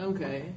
Okay